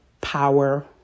power